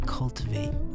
cultivate